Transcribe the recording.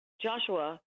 Joshua